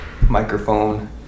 microphone